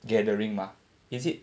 gathering mah is it